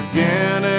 Again